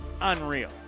unreal